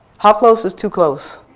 how close is too close?